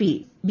P B